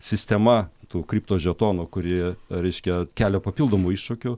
sistema tų kripto žetonų kurie reiškia kelia papildomų iššūkių